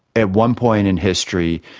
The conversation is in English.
at one point in history,